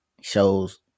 shows